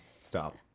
Stop